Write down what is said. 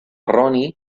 ronnie